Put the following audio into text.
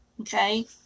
Okay